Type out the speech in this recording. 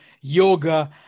yoga